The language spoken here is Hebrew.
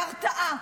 להרתעה,